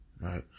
Right